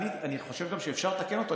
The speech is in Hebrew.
אני גם חושב שאפשר לתקן אותו,